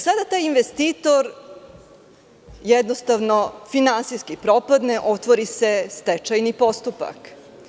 Sada taj investitor jednostavno finansijski propadne, otvori se stečajni postupak.